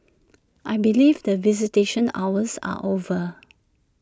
I believe the visitation hours are over